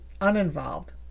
uninvolved